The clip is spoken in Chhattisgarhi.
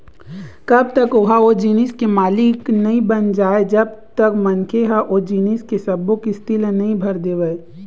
कब तक ओहा ओ जिनिस के मालिक नइ बन जाय जब तक मनखे ह ओ जिनिस के सब्बो किस्ती ल नइ भर देवय